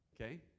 Okay